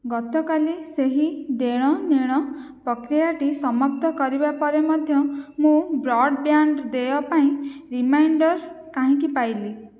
ଗତକାଲି ସେହି ଦେଣ ନେଣ ପ୍ରକ୍ରିୟାଟି ସମାପ୍ତ କରିବା ପରେ ମଧ୍ୟ ମୁଁ ବ୍ରଡ଼ବ୍ୟାଣ୍ଡ ଦେୟ ପାଇଁ ରିମାଇଣ୍ଡର୍ କାହିଁକି ପାଇଲି